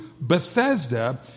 Bethesda